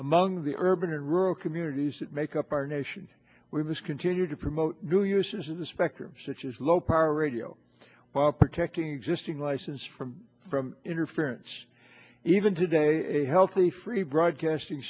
among the urban and rural communities that make up our nation we must continue to promote new uses of the spectrum such as low power radio while protecting existing license from from interference even today a healthy free broadcasting